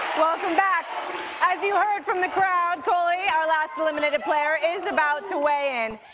welcome back as you heard from the crowd, koli our last eliminated player is about to weigh in.